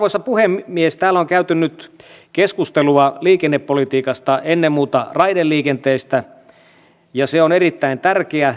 täällä on käyty nyt keskustelua liikennepolitiikasta ennen muuta raideliikenteestä ja se on erittäin tärkeä